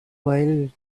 while